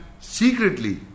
secretly